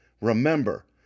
Remember